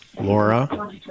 Laura